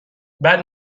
بعد